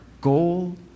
goal